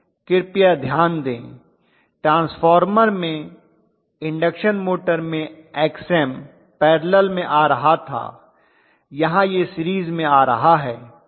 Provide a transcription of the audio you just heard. कृपया ध्यान दें ट्रांसफार्मर में इंडक्शन मोटर में Xm पैरलल में आ रहा था यहाँ यह सीरीज में आ रहा है